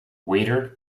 waiter